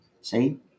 See